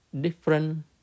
different